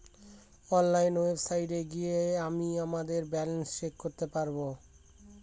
online ওয়েবসাইটে গিয়ে আমিই আমাদের ব্যালান্স চেক করতে পারবো